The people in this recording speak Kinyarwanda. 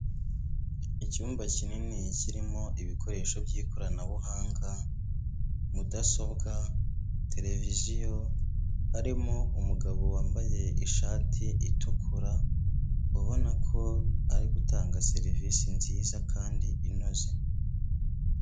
Icyumba kinini kirimo ibikoresho by'ikoranabuhanga, mudasobwa, tereviziyo, harimo umugabo wambaye ishati itukura ubona ko ari gutanga serivisi nziza kandi inoze.